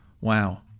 Wow